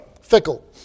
Fickle